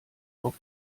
auf